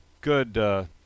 good